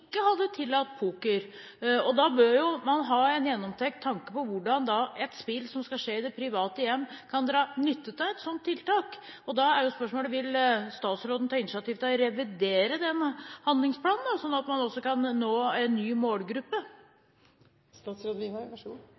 ha en gjennomtenkt tanke om hvordan et spill som skal skje i private hjem, kan dra nytte av et sånt tiltak. Da er spørsmålet: Vil statsråden ta initiativ til å revidere den handlingsplanen, sånn at man også kan nå en ny målgruppe?